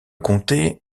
comté